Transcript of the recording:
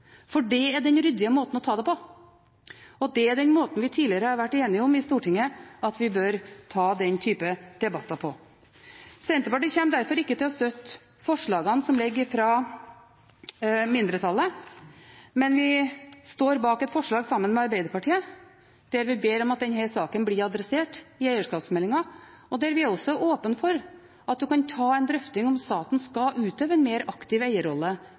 klimagassutslipp. Det er den ryddige måten å ta det på, og det er den måten vi tidligere har vært enige om i Stortinget at vi bør ta den typen debatter på. Senterpartiet kommer derfor ikke til å støtte forslagene som ligger fra mindretallet. Men vi står bak et forslag sammen med Arbeiderpartiet, der vi ber om at denne saken blir adressert i eierskapsmeldingen, og der vi også er åpne for at man kan ta en drøfting om hvorvidt staten skal utøve en mer aktiv eierrolle